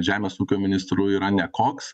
žemės ūkio ministru yra nekoks